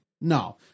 No